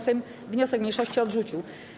Sejm wniosek mniejszości odrzucił.